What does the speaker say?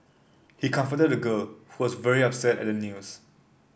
he comforted the girl who was very upset at the news